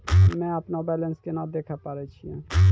हम्मे अपनो बैलेंस केना देखे पारे छियै?